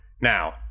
Now